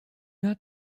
not